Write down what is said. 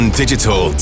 digital